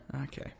Okay